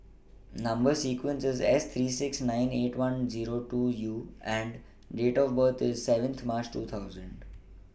Number sequence IS S three six nine eight one Zero two U and Date of birth IS seventh March two thousand